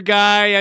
guy